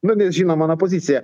nu nes žino mano poziciją